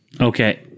Okay